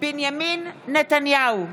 בנימין נתניהו,